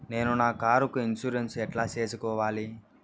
నేను నా కారుకు ఇన్సూరెన్సు ఎట్లా సేసుకోవాలి